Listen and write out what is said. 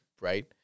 Right